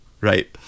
Right